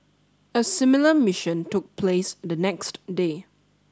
a similar mission took place the next day